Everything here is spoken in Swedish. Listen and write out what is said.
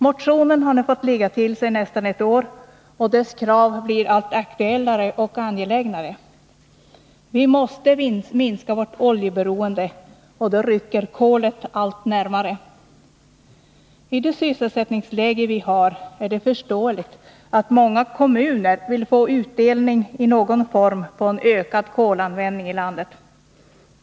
Motionen har nu fått ligga till sig nästan ett år, och dess krav blir allt aktuellare och angelägnare. Vi måste minska vårt oljeberoende, och då rycker kolet allt närmare. I det sysselsättningsläge vi har är det föreståeligt att många kommuner vill få utdelning i någon form av en ökad kolanvändning i landet.